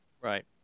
Right